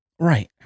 Right